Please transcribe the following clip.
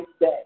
day